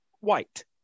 White